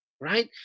Right